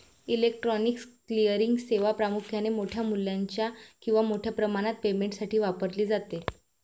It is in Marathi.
इलेक्ट्रॉनिक क्लिअरिंग सेवा प्रामुख्याने मोठ्या मूल्याच्या किंवा मोठ्या प्रमाणात पेमेंटसाठी वापरली जाते